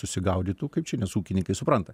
susigaudytų kaip čia nes ūkininkai supranta